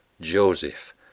Joseph